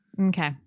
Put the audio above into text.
Okay